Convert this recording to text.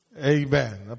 Amen